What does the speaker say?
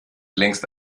längst